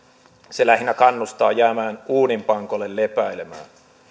se lähinnä kannustaa jäämään uuninpankolle lepäilemään